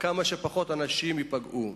שכמה שפחות אנשים ייפגעו.